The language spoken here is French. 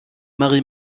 marie